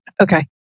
Okay